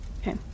Okay